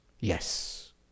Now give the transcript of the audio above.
Yes